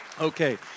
Okay